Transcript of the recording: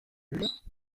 jules